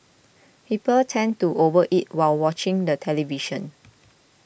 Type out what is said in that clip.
people tend to over eat while watching the television